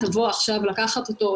תבוא עכשיו לקחת אותו,